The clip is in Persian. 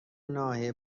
ناحیه